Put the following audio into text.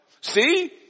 See